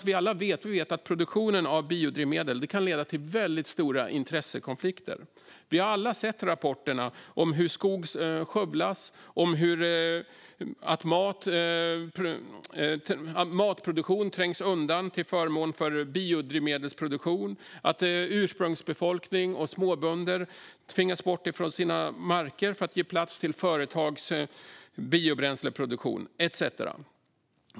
Vi vet att produktion av biodrivmedel kan leda till mycket stora intressekonflikter. Vi har alla sett rapporterna om att skog skövlas, att matproduktion trängs undan till förmån för biodrivmedelsproduktion, att ursprungsbefolkning och småbönder tvingas bort från sina marker för att ge plats åt företags biobränsleproduktion etcetera.